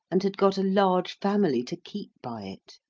and had got a large family to keep by it.